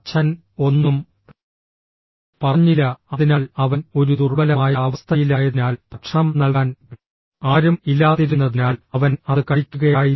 അച്ഛൻ ഒന്നും പറഞ്ഞില്ല അതിനാൽ അവൻ ഒരു ദുർബലമായ അവസ്ഥയിലായതിനാൽ ഭക്ഷണം നൽകാൻ ആരും ഇല്ലാതിരുന്നതിനാൽ അവൻ അത് കഴിക്കുകയായിരുന്നു